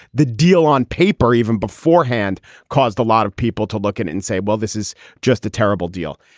the deal on paper even beforehand caused a lot of people to look at it and say, well, this is just a terrible deal.